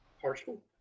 partial